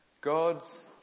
God's